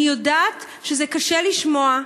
אני יודעת שזה קשה לשמוע,